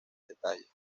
detalle